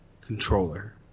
controller